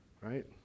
Right